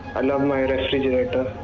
i love my refrigerator.